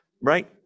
right